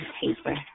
Paper